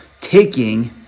taking